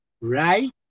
right